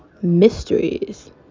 Mysteries